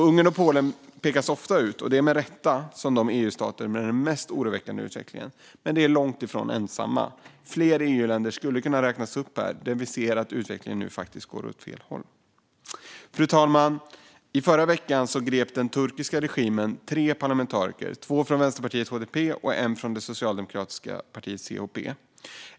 Ungern och Polen pekas ofta, och med rätta, ut som de EU-stater som har den mest oroväckande utvecklingen, men de är långt ifrån ensamma. Fler EU-länder skulle kunna räknas upp där vi ser att utvecklingen nu går åt fel håll. Fru talman! I förra veckan grep den turkiska regimen tre parlamentariker - två från vänsterpartiet HDP och en från det socialdemokratiska partiet CHP.